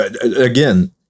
again